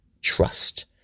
trust